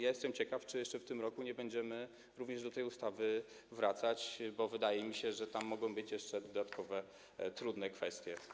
Jestem ciekaw, czy jeszcze w tym roku nie będziemy również do tej ustawy wracać, bo wydaje mi się, że tam mogą być jeszcze dodatkowe trudne kwestie.